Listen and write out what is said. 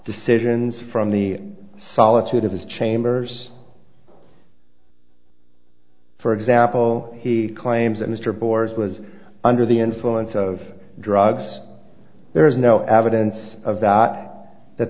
decisions from the solitude of his chambers for example he claims that mr boars was under the influence of drugs there is no evidence of that that